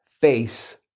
face